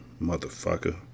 motherfucker